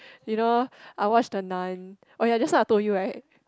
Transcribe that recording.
you know I watched the Nun oh ya just now I told you right